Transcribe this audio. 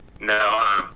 No